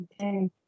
Okay